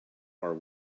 are